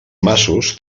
masos